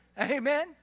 Amen